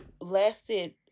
lasted